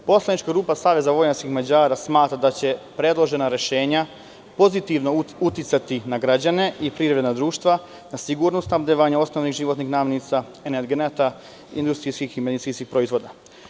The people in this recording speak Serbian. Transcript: Poslanička grupa SVM smatra da će predložena rešenja pozitivno uticati na građane i privredna društva, na sigurno snabdevanje osnovnih životnih namirnica, energenata, industrijskih i medicinskih proizvoda.